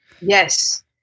yes